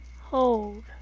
Hold